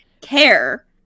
care